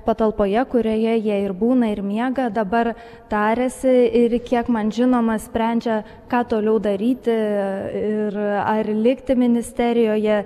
patalpoje kurioje jie ir būna ir miega dabar tariasi ir kiek man žinoma sprendžia ką toliau daryti ir ar likti ministerijoje